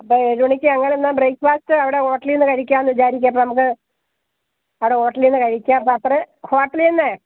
അപ്പോൾ ഏഴുമണിക്ക് അങ്ങനെയാണെ ബ്രേക്ക്ഫാസ്റ്റ് അവിടെ ഹോട്ടലീന്ന് കഴിക്കാം എന്ന് വിചാരിച്ചെ അപ്പോൾ നമുക്ക് അവിടെ ഹോട്ടലീന്ന് കഴിച്ചേക്കാം അപ്പോൾ അത്ര ഹോട്ടലീന്നെ